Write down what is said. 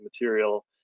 material